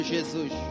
Jesus